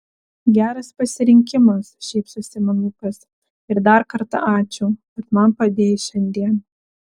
geras pasirinkimas šypsosi man lukas ir dar kartą ačiū kad man padėjai šiandien